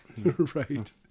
right